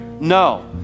No